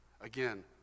Again